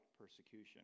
persecution